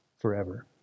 forever